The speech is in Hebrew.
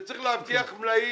שצריך להבטיח מלאים,